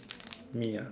me ya